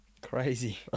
Crazy